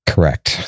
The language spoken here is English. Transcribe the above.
Correct